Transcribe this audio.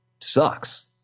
Sucks